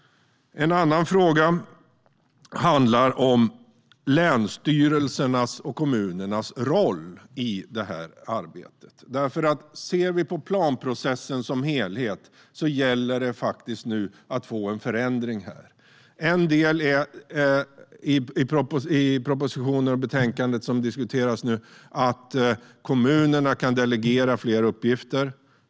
En annan fråga handlar om länsstyrelsernas och kommunernas roll i det här arbetet. Det gäller nu att få en förändring i planprocessen som helhet. En del i propositionen och betänkandet som diskuteras nu handlar om att kommunerna kan delegera fler uppgifter.